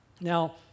Now